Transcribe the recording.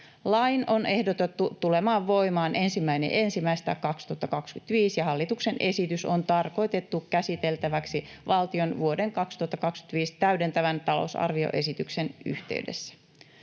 Lain on ehdotettu tulemaan voimaan 1.1.2025, ja hallituksen esitys on tarkoitettu käsiteltäväksi valtion vuoden 2025 täydentävän talousarvioesityksen yhteydessä.